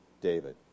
David